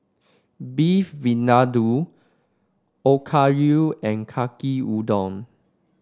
Beef Vindaloo Okayu and Yaki Udon